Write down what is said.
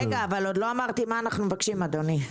רגע, עוד לא אמרתי מה אנחנו מבקשים, אדוני.